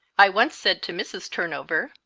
i once said to mrs. turnover,